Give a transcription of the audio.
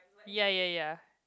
ya ya ya